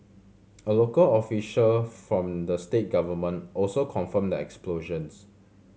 a local official from the state government also confirmed the explosions